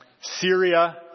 Syria